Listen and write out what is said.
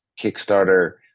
Kickstarter